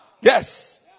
Yes